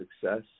success